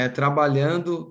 trabalhando